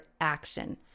action